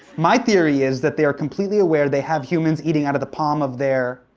my theory is that they are completely aware they have humans eating out of the palm of their.